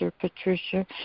Patricia